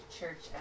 church